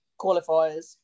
qualifiers